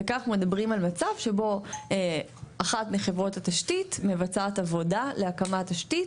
וכאן מדברים על מצב שבו אחת מחברות התשתית מבצעת עבודה להקמת תשתית,